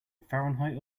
fahrenheit